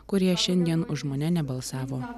kurie šiandien už mane nebalsavo